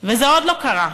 וזה עוד לא קרה.